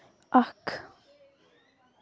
اکھ